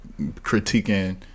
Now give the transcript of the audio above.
critiquing